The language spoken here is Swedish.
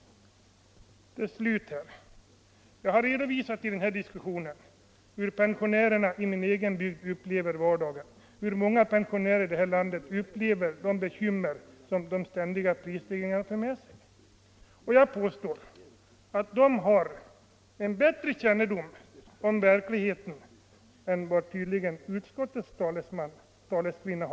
Jag har i denna diskussion redovisat hur pensionärerna i min egen bygd upplever vardagen och hur många pensionärer här i landet upplever de bekymmer som de ständiga prisstegringarna för med sig. Jag påstår att pensionärerna har bättre kännedom om verkligheten än fru Håvik, som i dag talar för utskottet.